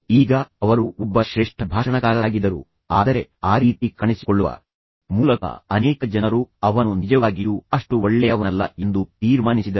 ಈಗ ಅವರು ಒಬ್ಬ ಶ್ರೇಷ್ಠ ಭಾಷಣಕಾರರಾಗಿದ್ದರು ಆದರೆ ಆ ರೀತಿ ಕಾಣಿಸಿಕೊಳ್ಳುವ ಮೂಲಕ ಅನೇಕ ಜನರು ಅವನು ನಿಜವಾಗಿಯೂ ಅಷ್ಟು ಒಳ್ಳೆಯವನಲ್ಲ ಎಂದು ತೀರ್ಮಾನಿಸಿದರು